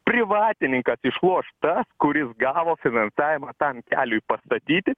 privatininkas išloš tas kuris gavo finansavimą tam keliui pastatyti